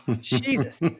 Jesus